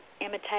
imitate